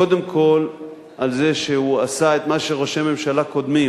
קודם כול על זה שהוא עשה את מה שראשי הממשלה קודמים